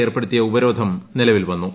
ഏർപ്പെടുത്തിയ ഉപരോധം നിലവിൽ വന്നു